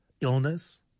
illness